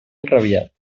enrabiat